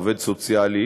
עובד סוציאלי